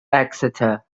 exeter